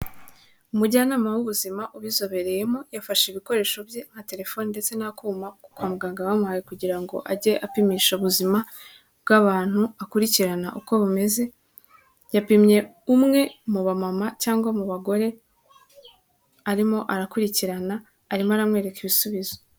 Umujyanama w'ubuzima ubizobereyemo yafashe ibikoresho bye nka telephone ndetse n'akuma ko kwa muganga bamuhaye kugira ngo ajye apimisha ubuzima bw'abantu akurikirana uko bimeze, yapimye umwe mu ba mama cyangwa mu bagore arimo arakurikirana arimo aramwereka ibisubizo.